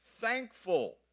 thankful